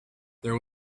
there